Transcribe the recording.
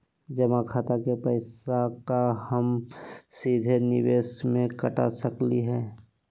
जमा खाता के पैसा का हम सीधे निवेस में कटा सकली हई?